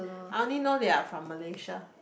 I only know they are from Malaysia